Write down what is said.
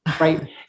right